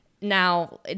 now